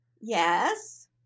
Yes